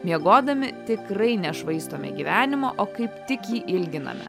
miegodami tikrai nešvaistome gyvenimo o kaip tik jį ilginame